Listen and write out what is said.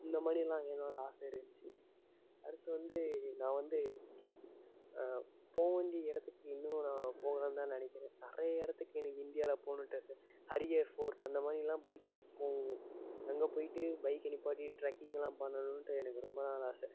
இந்த மாதிரில்லாம் என்னோடய ஆசை இருந்துச்சு அடுத்து வந்து நான் வந்து போக வேண்டிய இடத்துக்கு இன்னும் நான் போகலைன்னு தான் நினைக்கிறேன் நிறைய இடத்துக்கு எனக்கு இந்தியாவில் போகணுன்ட்டு ஆசை ஹரிஹர் ஃபோர்ட் அந்த மாதிரில்லாம் பைக் ட்ரிப் போகணும் அங்கே போய்விட்டு பைக்கை நிப்பாட்டிட்டு ட்ரக்கிங்லாம் பண்ணணுன்ட்டு எனக்கு ரொம்ப நாள் ஆசை